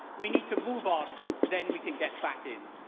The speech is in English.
we need to move on, then we can get back in.